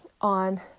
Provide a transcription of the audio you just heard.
on